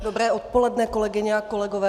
Dobré odpoledne, kolegyně a kolegové.